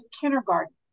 kindergarten